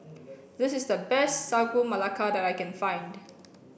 this is the best Sagu Melaka that I can find